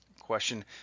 question